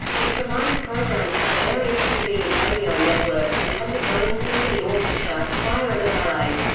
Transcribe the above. it provides programmes to various tv and radio networks and has its own symphony orchestra, choir and a ballet.